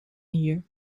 hier